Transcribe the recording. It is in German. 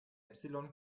epsilon